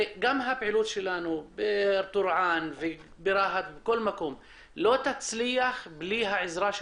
גם הפעילות שלנו בטורעאן וברהט לא תצליח בלי העזרה של